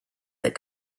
that